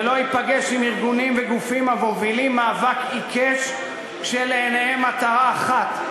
ולא ייפגש עם ארגונים וגופים המובילים מאבק עיקש ולעיניהם מטרה אחת,